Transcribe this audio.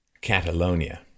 Catalonia